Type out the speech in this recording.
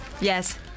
Yes